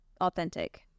authentic